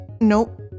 Nope